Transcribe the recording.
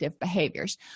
behaviors